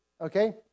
okay